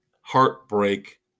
heartbreak